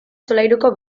solairuko